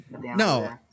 No